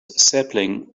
sapling